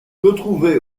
retrouvait